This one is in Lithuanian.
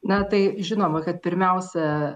na tai žinoma kad pirmiausia